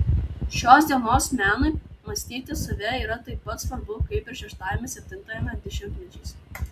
šios dienos menui mąstyti save yra taip pat svarbu kaip ir šeštajame septintajame dešimtmečiais